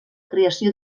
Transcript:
creació